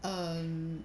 um